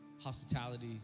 hospitality